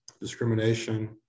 discrimination